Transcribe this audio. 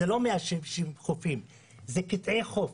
זה לא 160 חופים, זה קטעי חוף.